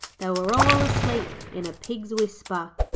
they were all asleep in a pig's whisper.